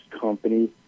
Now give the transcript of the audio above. company